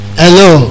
hello